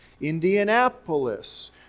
Indianapolis